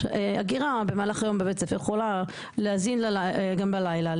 אגירה במהלך היום בבית ספר יכולה להזין גם בלילה,